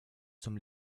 zum